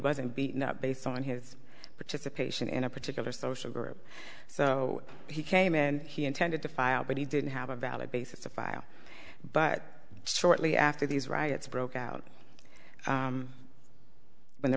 wasn't beaten up based on his participation in a particular social group so he came in and he intended to file but he didn't have a valid basis to file but shortly after these riots broke out when the